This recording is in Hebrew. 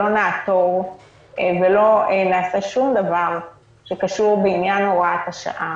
שלא נעתור ולא נעשה שום דבר שקשור בעניין הוראת השעה.